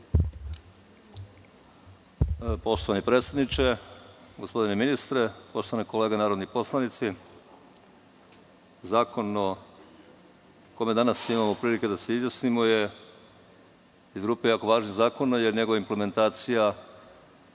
Poštovani predsedniče, gospodine ministre, poštovane kolege narodni poslanici, zakon o kome danas imamo prilike da se izjasnimo je iz grupe jako važnih zakona, jer njegova implementacija